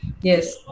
Yes